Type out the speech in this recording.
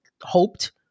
hoped